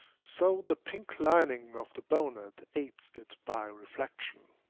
so the pink lining of the bonnet aids it by reflection.